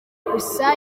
gusa